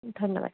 ধন্যবাদ